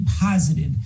positive